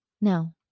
No